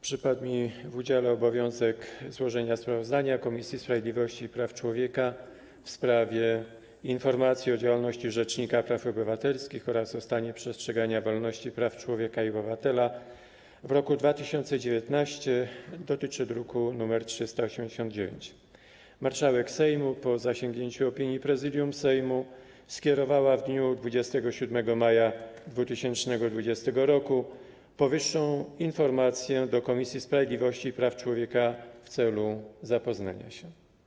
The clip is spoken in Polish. Przypadł mi w udziale obowiązek złożenia sprawozdania Komisji Sprawiedliwości i Praw Człowieka w sprawie informacji o działalności rzecznika praw obywatelskich oraz o stanie przestrzegania wolności i praw człowieka i obywatela w roku 2019, druk nr 389. Marszałek Sejmu, po zasięgnięciu opinii Prezydium Sejmu, skierowała w dniu 27 maja 2020 r. powyższą informację do Komisji Sprawiedliwości i Praw Człowieka w celu zapoznania się.